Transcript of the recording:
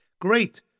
Great